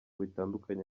bitandukanye